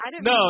No